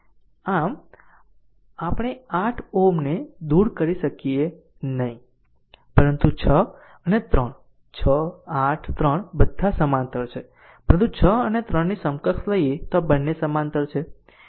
આમ આપણે 8 Ω ને દૂર કરી શકીએ નહીં પરંતુ 6 અને 3 6 8 3 બધા સમાંતર છે પરંતુ 6 અને 3 ની સમકક્ષ લઈએ આ બંને સમાંતર છે